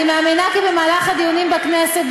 אני מאמינה כי במהלך הדיונים בכנסת,